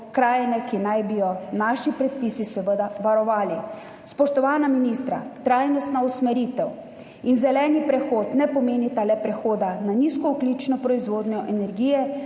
krajine, ki naj bi jo naši predpisi seveda varovali. Trajnostna usmeritev in zeleni prehod ne pomenita le prehoda na nizkoogljično proizvodnjo energije,